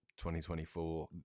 2024